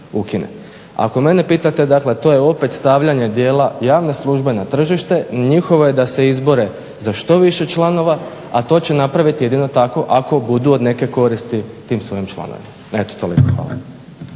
Ako mene pitate to je opet stavljanje dijela javne službe na tržište. Njihovo je da se izbore za što više članova, a to će napraviti jedino tako ako budu od neke koristi tim svojim članovima. Eto toliko. Hvala.